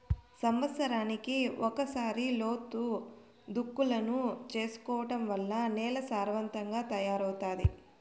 సమత్సరానికి ఒకసారి లోతు దుక్కులను చేసుకోవడం వల్ల నేల సారవంతంగా తయారవుతాది